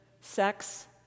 sex